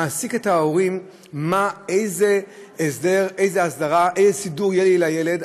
מעסיק את ההורים איזה סידור יהיה לילד.